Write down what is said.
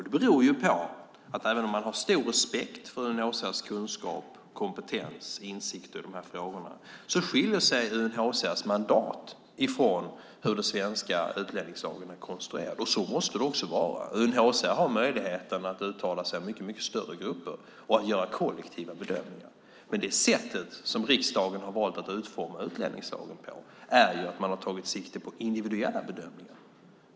Det beror på, även om man har stor respekt för UNHCR:s kunskap, kompetens och insikt i de här frågorna, att UNHCR:s mandat skiljer sig från hur den svenska utlänningslagen är konstruerad. Så måste det också vara. UNHCR har möjligheten att uttala sig om mycket större grupper och att göra kollektiva bedömningar. Men det sätt som riksdagen har valt att utforma utlänningslagen på är att man har tagit sikte på individuella bedömningar.